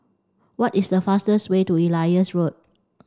what is the fastest way to Elias Road